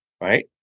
Right